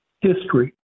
history